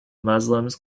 muslims